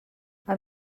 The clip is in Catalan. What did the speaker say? amb